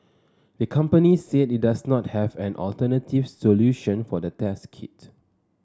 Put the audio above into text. the company said it does not have an alternative solution for the test kit